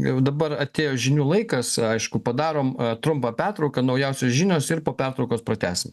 jau dabar atėjo žinių laikas aišku padarom trumpą pertrauką naujausios žinios ir po pertraukos pratęsim